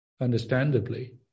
understandably